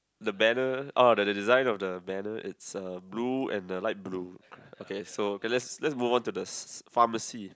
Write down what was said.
the banner oh the the the design of the banner it's uh blue and the light blue okay so let's let's move on to the s~ s~ pharmacy